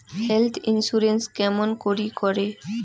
Health insurance কেমন করি করে?